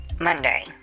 Monday